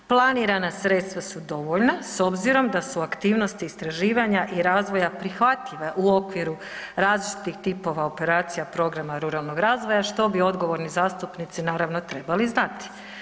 Planirana sredstva su dovoljna s obzirom da su aktivnosti istraživanja i razvoja prihvatljive u okviru različitih tipova operacija programa ruralnog razvoja, što bi odgovorni zastupnici naravno trebali znati.